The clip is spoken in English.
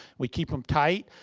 we keep them tight.